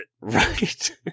Right